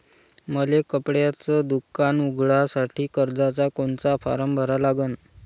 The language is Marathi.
मले कपड्याच दुकान उघडासाठी कर्जाचा कोनचा फारम भरा लागन?